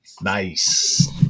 Nice